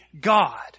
God